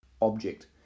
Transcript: object